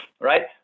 right